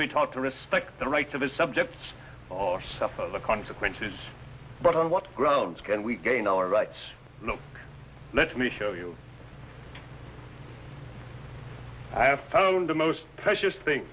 be taught to respect the rights of its subjects or suffer the consequences but on what grounds can we gain our rights let me show you i have found the most precious thing